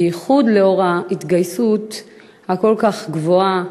בייחוד לאור ההתגייסות הכל-כך גבוהה.